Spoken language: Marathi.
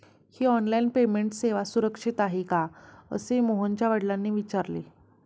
ही ऑनलाइन पेमेंट सेवा सुरक्षित आहे का असे मोहनच्या वडिलांनी विचारले